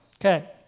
Okay